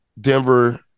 Denver –